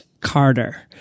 Carter